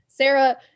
Sarah